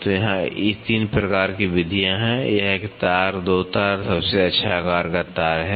तो यहाँ 3 प्रकार की विधियाँ हैं एक एक तार 2 तार और सबसे अच्छा आकार का तार है